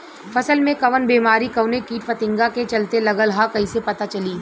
फसल में कवन बेमारी कवने कीट फतिंगा के चलते लगल ह कइसे पता चली?